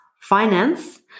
finance